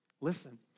Listen